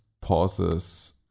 pauses